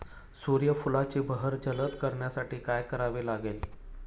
सूर्यफुलाची बहर जलद करण्यासाठी काय करावे लागेल?